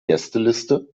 gästeliste